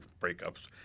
breakups